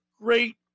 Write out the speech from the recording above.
Great